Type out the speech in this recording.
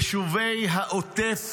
יישובי העוטף,